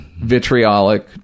vitriolic